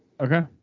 Okay